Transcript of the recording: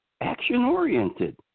action-oriented